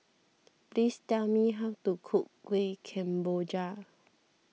please tell me how to cook Kuih Kemboja